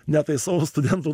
netaisau studentų